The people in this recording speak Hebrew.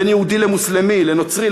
בין יהודי למוסלמי לנוצרי,